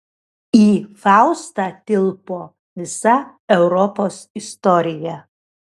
į faustą tilpo visa europos istorija